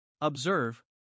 Observe